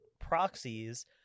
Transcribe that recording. proxies